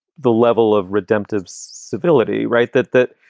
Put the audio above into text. the level of redemptive civility, right, that that,